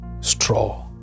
straw